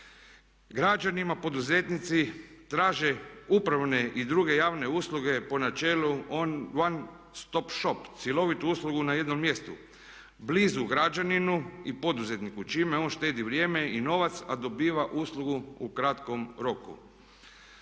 Građanima poduzetnici traže upravne i druge javne usluge po načelu one stop shop, cjelovitu uslugu na jednom mjestu blizu građaninu i poduzetniku čime on štedi vrijeme i novac, a dobiva uslugu u kratkom roku.